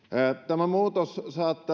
tämä muutos saattaa